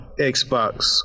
Xbox